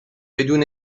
بدون